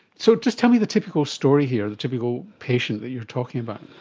so just tell me the typical story here, the typical patient that you're talking about.